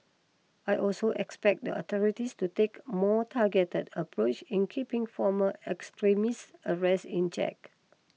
I also expect the authorities to take more targeted approach in keeping former extremists arrested in check